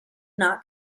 not